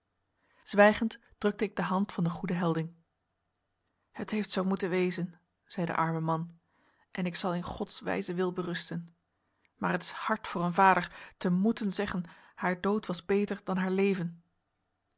drukte ik de hand van den goeden helding het heeft zoo moeten wezen zeide de arme man en ik zal in gods wijzen wil berusten maar het is hard voor een vader te moeten zeggen haar dood was beter dan haar leven